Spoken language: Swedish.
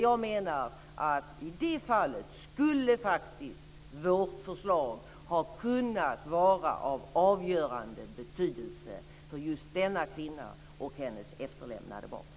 Jag menar att vårt förslag faktiskt skulle ha kunnat vara av avgörande betydelse för just den kvinnan och hennes efterlämnade barn.